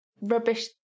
rubbish